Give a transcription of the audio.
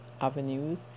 avenues